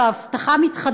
זאת הבטחה מתחדשת,